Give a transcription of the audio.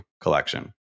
collection